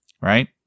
Right